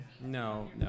No